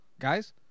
Guys